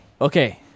Okay